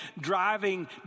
driving